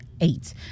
eight